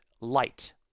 light